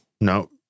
No